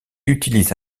utilise